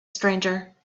stranger